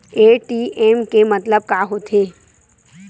ATM के मतलब का होथे?